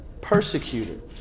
persecuted